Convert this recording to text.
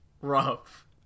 rough